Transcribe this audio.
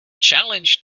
challenged